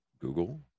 Google